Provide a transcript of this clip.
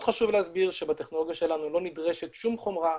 מאוד חשוב להסביר שבטכנולוגיה שלנו לא נדרשת שום חומרה,